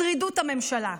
שרידות הממשלה.